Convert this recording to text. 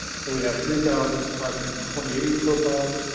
so we have three thousand five hundred and twenty eight of these profiles.